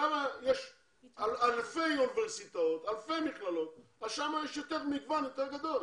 שם יש אלפי אוניברסיטאות ואלפי מכללות ושם יש מגוון יותר גדול.